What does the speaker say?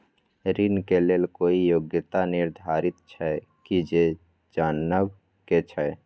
ऋण के लेल कोई योग्यता निर्धारित छै की से जनबा के छै?